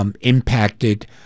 impacted